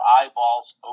eyeballs